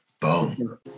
Boom